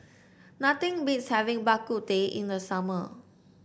nothing beats having Bak Kut Teh in the summer